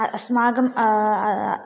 अस्मागम्